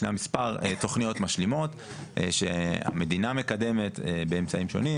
ישנן מספר תכניות משלימות שהמדינה מקדמת באמצעים שונים.